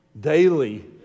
daily